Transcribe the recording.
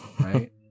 Right